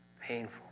painful